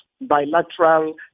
bilateral